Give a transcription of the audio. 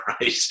right